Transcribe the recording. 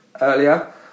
earlier